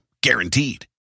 guaranteed